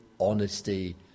Honesty